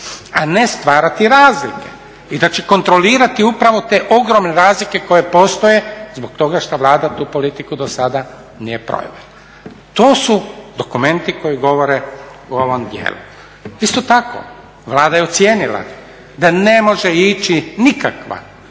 a ne stvarati razlike. I da će kontrolirati upravo te ogromne razlike koje postoje zbog toga što Vlada tu politiku dosada nije provela. To su dokumenti koji govore u ovom dijelu. Isto tako Vlada je ocijenila da ne može ići nikakva